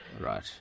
Right